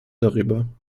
darüber